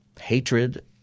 hatred